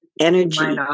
energy